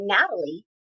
Natalie